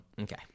Okay